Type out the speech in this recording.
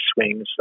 swings